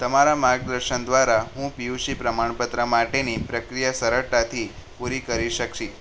તમારા માર્ગદર્શન દ્વારા હું પીયુસી પ્રમાણપત્ર માટેની પ્રક્રિયા સરળતાથી પૂરી કરી શકીશ